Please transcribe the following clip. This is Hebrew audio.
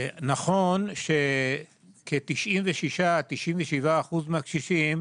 נכון שכ-96% או 97% מהקשישים,